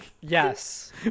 Yes